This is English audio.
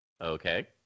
Okay